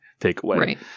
takeaway